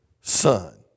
Son